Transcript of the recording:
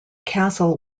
castle